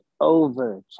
over